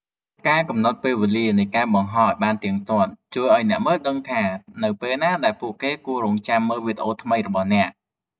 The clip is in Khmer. ការកំណត់ពេលវេលានៃការបង្ហោះ ឱ្យបានទៀងទាត់ ជួយឱ្យអ្នកមើលដឹងថានៅពេលណាដែលពួកគេគួររង់ចាំមើលវីដេអូថ្មីរបស់អ្នក។